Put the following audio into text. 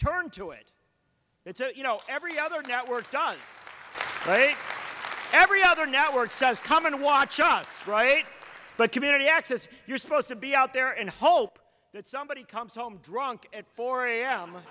turn to it it's you know every other network done right every other network says come and watch us right but community access you're supposed to be out there and hope that somebody comes home drunk at four a